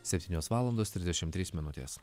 septynios valandos trisdešimt trys minutės